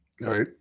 right